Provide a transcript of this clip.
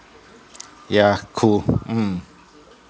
yeah cool mm